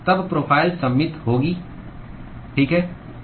तब प्रोफ़ाइल सममित होगी ठीक है